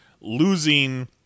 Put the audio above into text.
losing